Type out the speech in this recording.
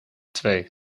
twee